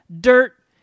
Dirt